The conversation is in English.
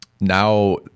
now